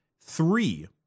Three